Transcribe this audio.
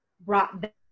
brought